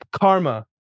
karma